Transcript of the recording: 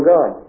God